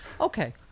Okay